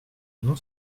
non